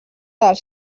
dels